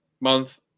month